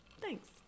Thanks